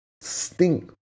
stink